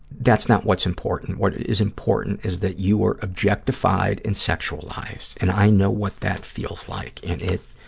that's not what's important. what is important is that you were objectified and sexualized, and i know what that feels like and